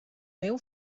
meu